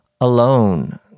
alone